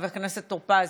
חבר הכנסת טור פז,